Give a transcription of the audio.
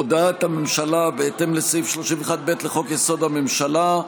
הודעת הממשלה בהתאם לסעיף 31(ב) לחוק-יסוד: הממשלה,